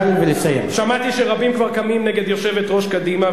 שמעתי שרבים כבר קמים נגד יושבת-ראש קדימה,